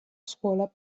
scuola